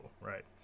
right